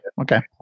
Okay